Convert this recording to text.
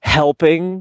helping